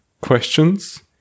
Questions